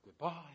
goodbye